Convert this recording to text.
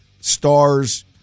stars